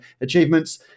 achievements